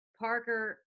Parker